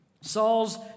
Saul's